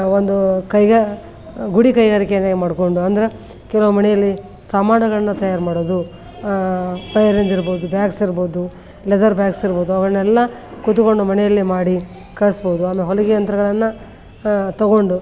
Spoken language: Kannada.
ಒಂದು ಕೈಗ ಗುಡಿ ಕೈಗಾರಿಕೆಯನ್ನು ಮಾಡಿಕೊಂಡು ಅಂದ್ರೆ ಕೆಲವು ಮನೆಯಲ್ಲಿ ಸಾಮಾನುಗಳನ್ನು ತಯಾರು ಮಾಡೋದು ಇರ್ಬೋದು ಬ್ಯಾಗ್ಸ್ ಇರ್ಬೋದು ಲೆದರ್ ಬ್ಯಾಗ್ಸ್ ಇರ್ಬೋದು ಅವುಗಳ್ನೆಲ್ಲ ಕೂತುಕೊಂಡು ಮನೆಯಲ್ಲೇ ಮಾಡಿ ಕಳಿಸ್ಬೋದು ಆಮೇಲೆ ಹೊಲಿಗೆ ಯಂತ್ರಗಳನ್ನು ತೊಗೊಂಡು